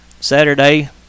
Saturday